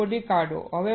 તેને શોધી કાઢો